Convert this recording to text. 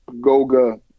Goga